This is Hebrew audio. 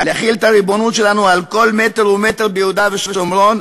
להחיל את הריבונות שלנו על כל מטר ומטר ביהודה ובשומרון,